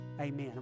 Amen